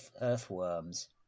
earthworms